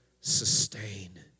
sustain